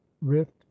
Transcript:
rift